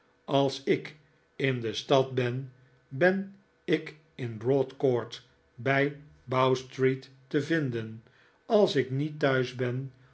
als ik in de stad ben ben ik in broad court bij bowstreet te vinden als ik niet thuis ben